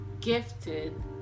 gifted